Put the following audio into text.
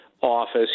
office